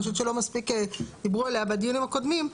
אני חושבת שלא מספיק דיברו עליה בדיונים הקודמים,